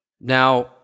Now